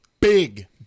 big